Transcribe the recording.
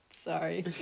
Sorry